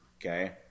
Okay